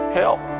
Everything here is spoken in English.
help